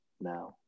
now